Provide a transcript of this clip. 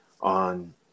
on